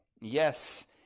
yes